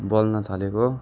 बोल्न थालेको